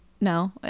No